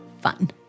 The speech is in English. fun